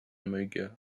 omega